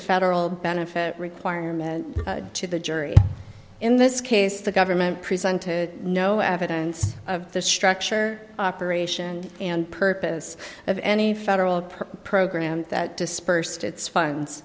federal benefit requirement to the jury in this case the government presented no evidence of the structure operation and purpose of any federal per program that dispersed its funds